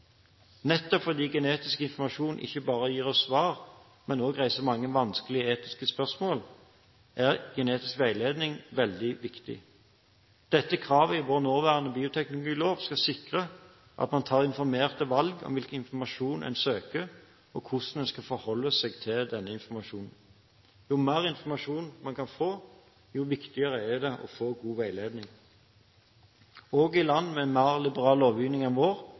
Nettopp fordi genetisk informasjon ikke bare gir oss svar, men også reiser mange vanskelige etiske spørsmål, er genetisk veiledning veldig viktig. Dette kravet i vår nåværende bioteknologilov skal sikre at man tar informerte valg om hvilken informasjon en søker, og hvordan en skal forholde seg til denne informasjonen. Jo mer informasjon man kan få, jo viktigere er det å få god veiledning. Også land med mer liberal lovgivning enn vår,